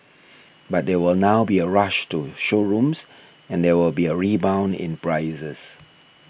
but there will now be a rush to showrooms and there will be a rebound in prices